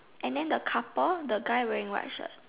and then the couple the guy wearing white shirt